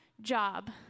job